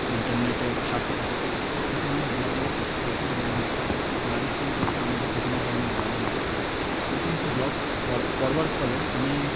ইন্টারনেটে ছাড়তে থাকে তো ওই ধরনের ব্লগ আমি পড়তে থাকি এবং তাদের লাইফ সম্পর্কে আমার বিভিন্ন ধরনের ধারণা লাভ করি এই সমস্ত ব্লগ পড় পড়বার ফলে আমি